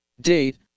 Date